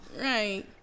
Right